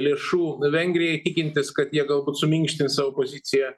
lėšų vengrijai tikintis kad jie galbūt suminkštins savo poziciją